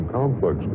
complex